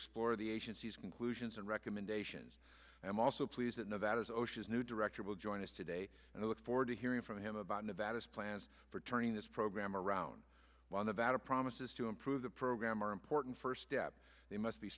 explore the agency's conclusions and recommendations and i'm also pleased to know that associates new director will join us today and i look forward to hearing from him about nevada's plans for turning this program around on the vat of promises to improve the program are important first step they must be